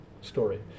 story